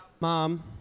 Mom